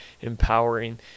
empowering